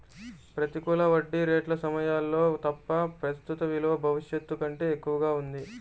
ప్రతికూల వడ్డీ రేట్ల సమయాల్లో తప్ప, ప్రస్తుత విలువ భవిష్యత్తు కంటే ఎక్కువగా ఉంటుంది